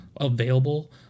available